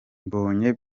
mbonye